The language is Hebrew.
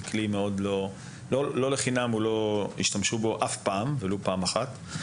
הוא כלי שלא לחינם לא השתמשו בו אף פעם ולו פעם אחת.